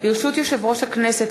ברשות יושב-ראש הכנסת,